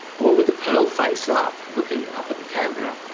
or with the pearl, face up looking up at the camera.